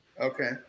Okay